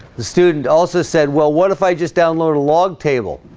the student also said well, what if i just download a log table?